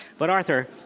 but, arthur,